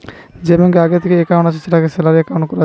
যে ব্যাংকে আগে থিকেই একাউন্ট আছে সেটাকে স্যালারি একাউন্ট কোরা যায়